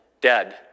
dead